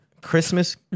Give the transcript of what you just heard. Christmas